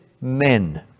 men